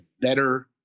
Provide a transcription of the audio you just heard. better